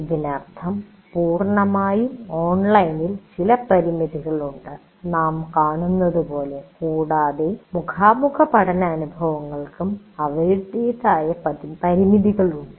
ഇതിനർത്ഥം പൂർണ്ണമായും ഓൺലൈനിൽ ചില പരിമിതികളുണ്ട് നാം കാണുന്നത് പോലെ കൂടാതെ മുഖാമുഖപഠന അനുഭവങ്ങൾക്കും അവരുടേതായ പരിമിതികളുണ്ട്